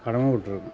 கடமைப்பட்ருக்கேன்